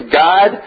God